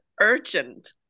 urgent